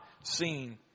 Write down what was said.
seen